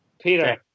Peter